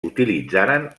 utilitzaren